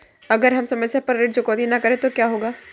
अगर हम समय पर ऋण चुकौती न करें तो क्या होगा?